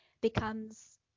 becomes